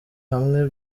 hamwe